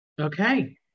Okay